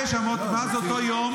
כמובן שאני אמשיך.